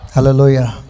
Hallelujah